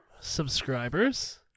Subscribers